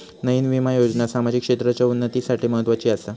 नयीन विमा योजना सामाजिक क्षेत्राच्या उन्नतीसाठी म्हत्वाची आसा